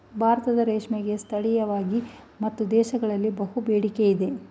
ಭಾರತದ ರೇಷ್ಮೆಗೆ ಸ್ಥಳೀಯವಾಗಿ ಮತ್ತು ದೇಶಗಳಲ್ಲಿ ಬಹಳ ಬೇಡಿಕೆ ಇದೆ